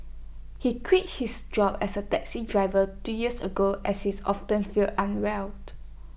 he quit his job as A taxi driver two years ago as she's often felt unwell